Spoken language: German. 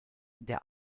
der